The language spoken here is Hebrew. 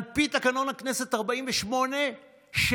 על פי תקנון הכנסת, 48 שעות,